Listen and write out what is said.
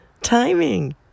Timing